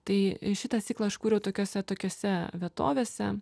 tai šitą ciklą aš kūriau tokiose atokiose vietovėse